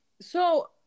So-